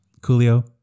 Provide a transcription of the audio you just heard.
coolio